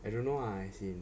I don't lah as in